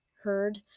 heard